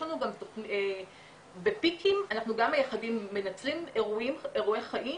בפיקים אנחנו גם מנצלים אירועי חיים